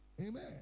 Amen